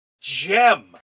gem